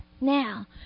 now